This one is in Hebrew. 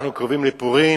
אנחנו קרובים לפורים,